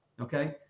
okay